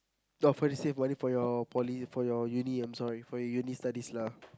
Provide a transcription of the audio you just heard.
oh got to save money for your poly for uni I'm sorry for your uni studies lah